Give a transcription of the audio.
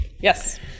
Yes